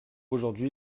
aujourd’hui